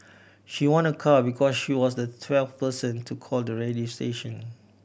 she won a car because she was the twelfth person to call the radio station